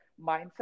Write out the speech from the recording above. mindset